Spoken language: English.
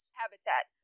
habitat